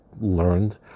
learned